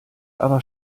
aber